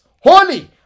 Holy